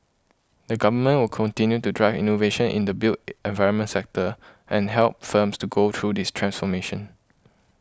the Government will continue to drive innovation in the built environment sector and help firms to go through this transformation